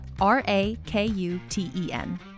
R-A-K-U-T-E-N